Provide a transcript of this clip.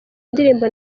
indirimbo